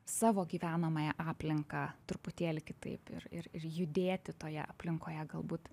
savo gyvenamąją aplinką truputėlį kitaip ir ir ir judėti toje aplinkoje galbūt